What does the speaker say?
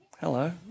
Hello